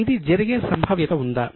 ఇది జరిగే సంభావ్యత ఉందా